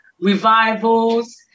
revivals